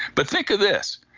but think of this,